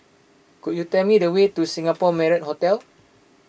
could you tell me the way to Singapore Marriott Hotel